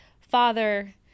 father